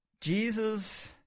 Jesus